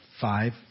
five